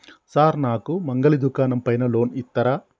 Sir నాకు మంగలి దుకాణం పైన లోన్ ఇత్తరా?